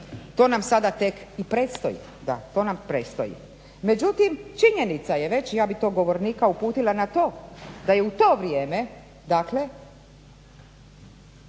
to nam predstoji. Međutim činjenica je već ja bi tog govornika uputila na to da je u to vrijeme dakle